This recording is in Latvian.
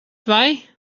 vai